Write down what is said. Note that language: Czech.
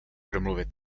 domluvit